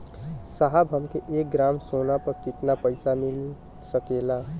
साहब हमके एक ग्रामसोना पर कितना पइसा मिल सकेला?